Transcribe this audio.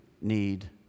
need